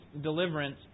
deliverance